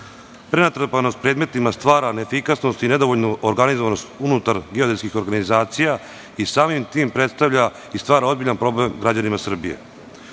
organizacija. Prenatrpanost predmetima stvara neefikasnost i nedovoljnu organizovanost unutar geodetskih organizacija i samim tim predstavlja i stvara ozbiljan problem građanima Srbije.